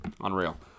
Unreal